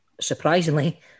surprisingly